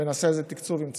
ונעשה תקצוב, אם צריך.